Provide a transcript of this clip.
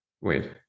Wait